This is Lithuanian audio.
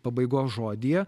pabaigos žodyje